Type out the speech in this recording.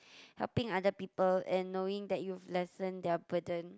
helping other people and knowing that you've lessened their burden